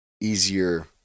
easier